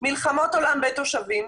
מלחמות עולם בתושבים,